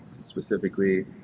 specifically